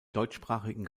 deutschsprachigen